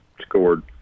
scored